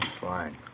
Fine